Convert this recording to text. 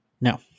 no